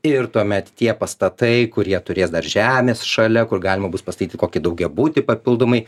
ir tuomet tie pastatai kurie turės dar žemės šalia kur galima bus pastatyti kokį daugiabutį papildomai